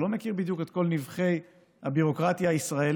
אתה לא מכיר בדיוק את כל נבכי הביורוקרטיה הישראלית,